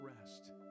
rest